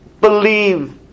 believe